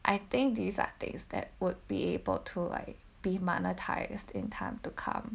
I think these are things that would be able to like be monetised in time to come